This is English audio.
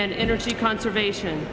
and energy conservation